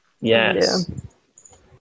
yes